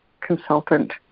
consultant